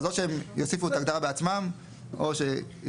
אז או שהם יוסיפו את ההגדרה בעצמם או שייפנו